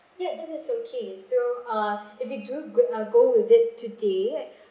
yeah that is okay so uh if you do go uh go with it today